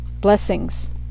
blessings